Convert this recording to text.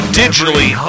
digitally